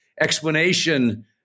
explanation